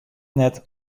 net